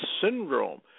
syndrome